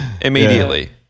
immediately